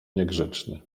niegrzeczny